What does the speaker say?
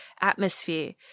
atmosphere